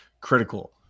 critical